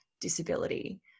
disability